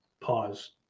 pause